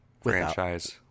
franchise